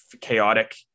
chaotic